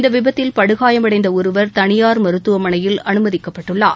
இந்த விபத்தில் படுகாயமடைந்த ஒருவர் தனியார் மருத்துவமனையில் அனுமதிக்கப்பட்டுள்ளார்